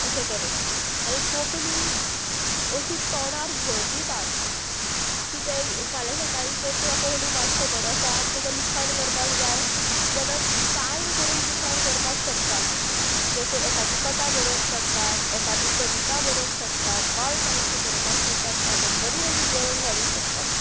अशे तरेन आनी कोंकणी अशी तोणार घोळपी भास की ते फाल्यां सकाळी जर तुका कोंकणी भास खबर आसा आनी तुका लिखाण करपाक जाय जाल्यार कायर करून लिखाण करपाक शकतात जशें एकादी कथा बरोंक शकतात एकादी कविता बरोवंक शकतात बाल साहित्य बरोवपाक शकतात कादंबरी लेगीत बरोवंक हाडूंक शकतात